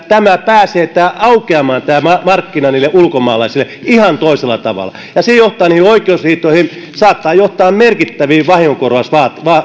tämä markkina pääsee aukeamaan niille ulkomaalaisille ihan toisella tavalla se johtaa niihin oikeusriitoihin saattaa johtaa merkittäviin vahingonkorvausvaatimuksiin